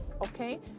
okay